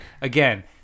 again